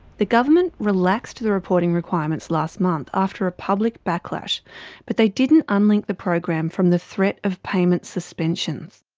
the government relaxed the reporting requirements last month after a public backlash but they didn't unlink the program from the threat of payment suspensions.